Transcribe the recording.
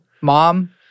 Mom